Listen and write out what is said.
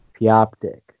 Pioptic